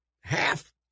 half